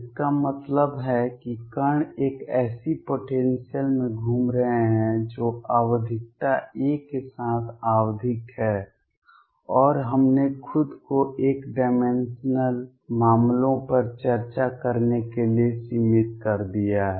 इसका मतलब है कि कण एक ऐसी पोटेंसियल में घूम रहे हैं जो आवधिकता a के साथ आवधिक है और हमने खुद को एक डाइमेंशनल मामलों पर चर्चा करने के लिए सीमित कर दिया है